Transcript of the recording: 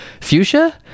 fuchsia